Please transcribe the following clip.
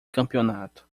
campeonato